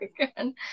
again